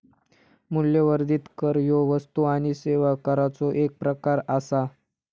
मूल्यवर्धित कर ह्यो वस्तू आणि सेवा कराचो एक प्रकार आसा